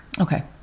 Okay